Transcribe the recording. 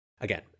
again